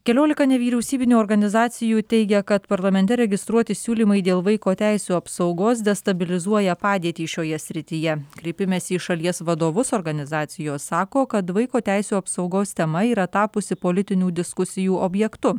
keliolika nevyriausybinių organizacijų teigia kad parlamente registruoti siūlymai dėl vaiko teisių apsaugos destabilizuoja padėtį šioje srityje kreipimesi į šalies vadovus organizacijos sako kad vaiko teisių apsaugos tema yra tapusi politinių diskusijų objektu